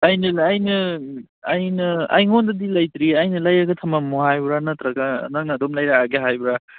ꯑꯩꯅ ꯑꯩꯉꯣꯟꯗꯗꯤ ꯂꯩꯇ꯭ꯔꯤ ꯑꯩꯅ ꯂꯧꯔꯒ ꯊꯃꯝꯃꯣ ꯍꯥꯏꯕ꯭ꯔꯥ ꯅꯠꯇ꯭ꯔꯒ ꯅꯪꯅ ꯑꯗꯨꯝ ꯂꯩꯔꯛꯑꯒꯦ ꯍꯥꯏꯕ꯭ꯔꯥ